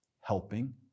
Helping